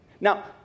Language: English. Now